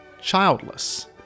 childless